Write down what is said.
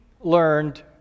learned